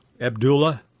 Abdullah